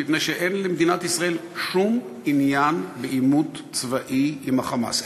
מפני שאין למדינת ישראל שום עניין בעימות צבאי עם ה"חמאס".